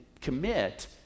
commit